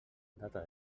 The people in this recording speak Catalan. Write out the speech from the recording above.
data